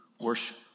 worship